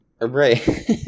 Right